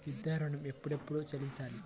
విద్యా ఋణం ఎప్పుడెప్పుడు చెల్లించాలి?